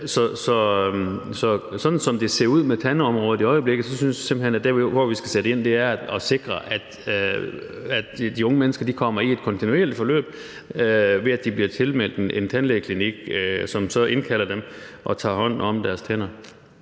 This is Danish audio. sådan som det ser ud med tandområdet i øjeblikket, synes jeg simpelt hen, at der, hvor vi skal sætte ind, er at sikre, at de unge mennesker kommer i et kontinuerligt forløb, ved at de bliver tilmeldt en tandlægeklinik, som så indkalder dem og tager hånd om deres tænder.